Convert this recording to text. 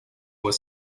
was